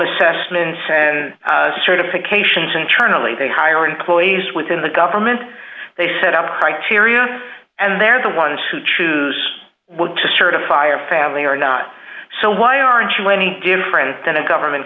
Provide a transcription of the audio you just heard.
assessments and certifications internally they hire employees within the government they set up criteria and they're the ones who choose what to certify or family or not so why aren't you any different than a government